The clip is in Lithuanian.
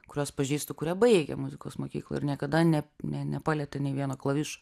kuriuos pažįstu kurie baigė muzikos mokyklą ir niekada ne ne nepalietė nė vieno klavišo